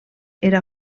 era